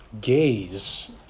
gaze